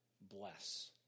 bless